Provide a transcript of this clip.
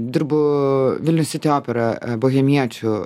dirbu vilnius siti operoje bohemiečių